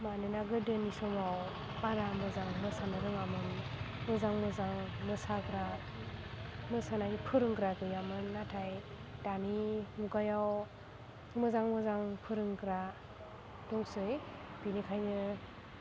मानोना गोदोनि समाव बारा मोजां मोसानो रोङामोन मोजां मोजां मोसाग्रा मोसानायनि फोरोंग्रा गैयामोन नाथाय दानि मुगायाव मोजां मोजां फोरोंग्रा दंसै बिनिखायनो